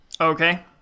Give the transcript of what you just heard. Okay